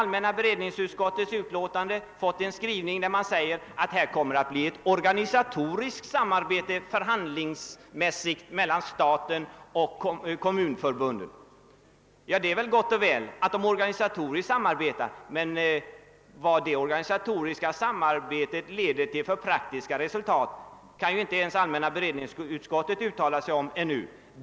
Allmänna beredningsutskottet uttalar i sin skrivning att det kommer att bli ett organiserat förhandlingssamarbete mellan staten och kommunförbunden. Detta är gott och väl, men vilka praktiska resultat det organisatoriska samarbetet kan leda till kan inte ens allmänna beredningsutskottet uttala sig om ännu.